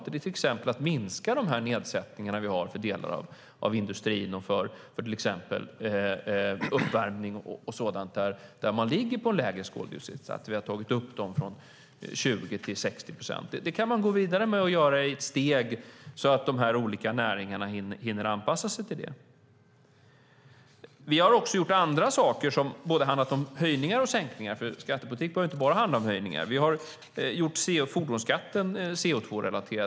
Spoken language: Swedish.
Det är till exempel att minska de nedsättningar vi har för delar av industrin, för uppvärmning och sådant, där man ligger på en lägre koldioxidsats. Vi har tagit upp dem från 20 till 60 procent. Det kan man gå vidare med och göra i steg så att de olika näringarna hinner anpassa sig till det. Vi har också gjort andra saker som både har handlat om höjningar och sänkningar. Skattepolitik behöver inte bara handla om höjningar. Vi har gjort fordonsskatten CO2-relaterad.